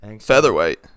featherweight